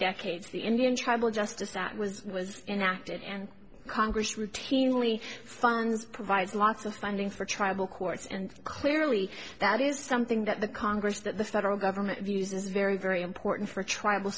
decades the indian tribal justice that was was enacted and congress routinely funds provides lots of funding for tribal courts and clearly that is something that the congress that the federal government views is very very important for tribal